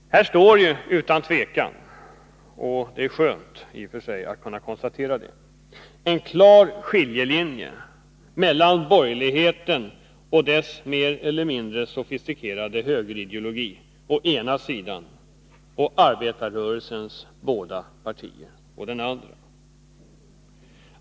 Här går utan tvivel — och det är i och för sig skönt att kunna konstatera detta — en klar skiljelinje mellan borgerligheten och dess mer eller mindre sofistikerade högerideologi å ena sidan och arbetarrörelsens båda partier och deras uppfattning å den andra.